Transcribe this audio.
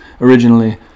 Originally